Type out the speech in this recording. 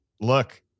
look